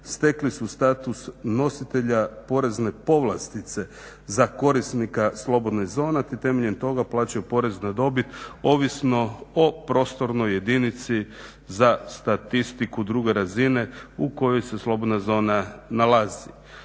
stekli su status nositelja porezne povlastice za korisnika slobodne zone te temeljem toga plaćaju porez na dobit, ovisno o prostornoj jedinici za statistiku druge razine u kojoj se slobodna zona nalazi.